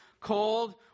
cold